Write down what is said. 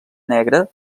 negra